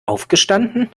aufgestanden